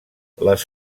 les